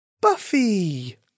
Buffy